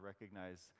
recognize